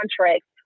contracts